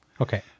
Okay